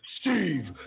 Steve